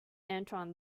antoine